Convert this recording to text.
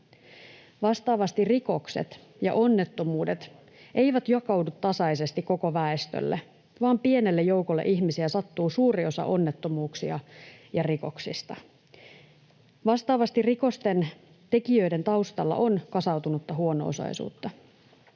Vastaavasti rikokset ja onnettomuudet eivät jakaudu tasaisesti koko väestölle, vaan pienelle joukolle ihmisiä sattuu suuri osa onnettomuuksista ja rikoksista. Vastaavasti rikosten tekijöiden taustalla on kasautunutta huono-osaisuutta.